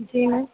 जी